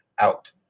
Out